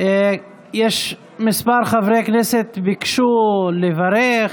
כמה חברי כנסת ביקשו לברך,